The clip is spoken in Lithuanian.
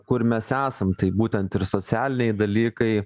kur mes esam taip būtent ir socialiniai dalykai